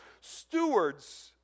stewards